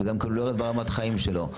והוא גם לא ירד ברמת החיים שלו.